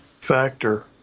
factor